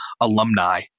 alumni